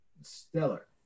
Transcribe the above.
stellar